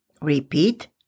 Repeat